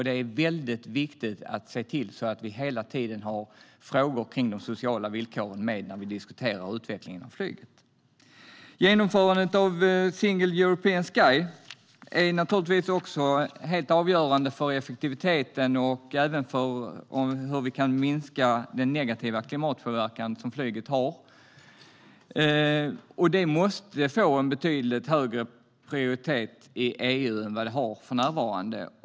Det är väldigt viktigt att se till att vi hela tiden har frågor kring de sociala villkoren med när vi diskuterar utvecklingen inom flyget. Genomförandet av Single European Sky är naturligtvis helt avgörande för effektiviteten och även för att minska flygets negativa klimatpåverkan. Det måste få en betydligt högre prioritet i EU än vad det har för närvarande.